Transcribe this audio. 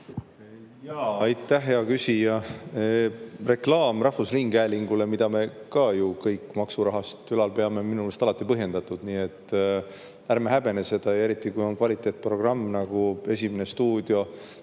võtma? Aitäh, hea küsija! Reklaam rahvusringhäälingule, mida me ka ju kõik maksurahast ülal peame, on minu meelest alati põhjendatud, nii et ärme häbene seda, eriti kui on kvaliteetprogramm, nagu "Esimene stuudio",